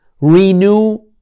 renew